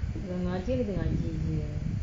kalau ngaji ngaji jer